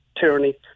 tyranny